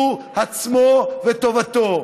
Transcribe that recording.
הוא עצמו וטובתו.